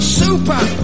super